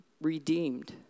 redeemed